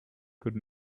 could